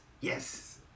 yes